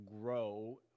grow